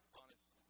honest